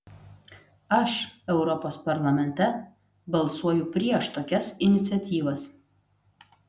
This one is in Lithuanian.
aš europos parlamente balsuoju prieš tokias iniciatyvas